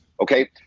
Okay